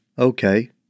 okay